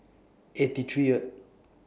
eighty three